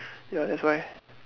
ya that's why